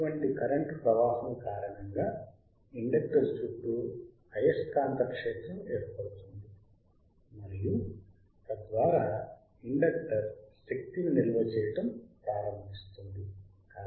అటువంటి కరెంటు ప్రవాహం కారణంగా ఇండక్టర్ చుట్టూ అయస్కాంత క్షేత్రం ఏర్పడుతుంది మరియు తద్వారా ఇండక్టర్ శక్తిని నిల్వ చేయడం ప్రారంభిస్తుంది